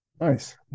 nice